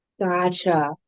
Gotcha